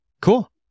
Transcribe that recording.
cool